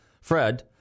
Fred